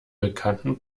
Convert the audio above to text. bekannten